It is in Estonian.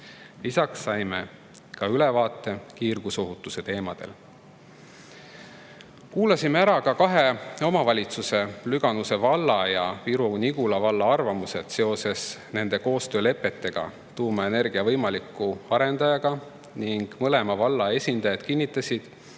Lisaks saime ülevaate kiirgusohutuse teemadel. Kuulasime ära ka kahe omavalitsuse, Lüganuse valla ja Viru-Nigula valla arvamused seoses nende koostöölepetega tuumaenergia võimaliku arendajaga. Mõlema valla esindajad kinnitasid,